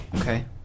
Okay